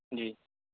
جی